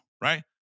right